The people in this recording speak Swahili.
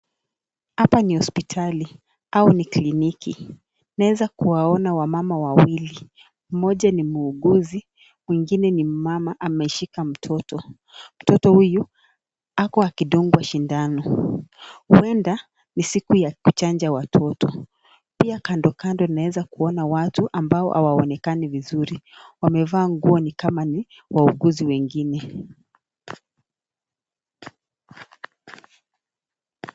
Hapa ni hospitali au ni kliniki. Naweza kuwaona wamama wawili, mmoja ni muuguzi, mwingine ni mama ameshika mtoto. Mtoto huyu ako akidungwa shindano. Huenda ni siku ya kuchanja watoto. Pia kandokando naweza kuona watu ambao hawaonekani vizuri wamevaa nguo ni kama ni wauguzi wengine.